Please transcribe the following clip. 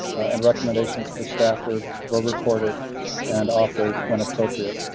and recommendations for staff were reported and offered when appropriate.